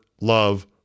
Love